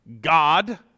God